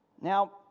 Now